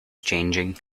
changing